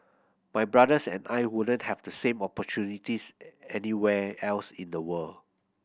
my brothers and I wouldn't have the same opportunities anywhere else in the world